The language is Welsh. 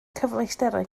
cyfleusterau